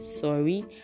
sorry